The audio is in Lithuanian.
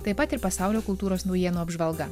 taip pat ir pasaulio kultūros naujienų apžvalga